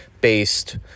based